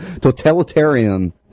totalitarian